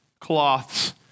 cloths